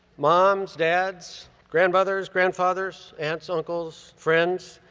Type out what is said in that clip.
moms, dads, grandmothers, grandfathers, aunts, uncles, friends,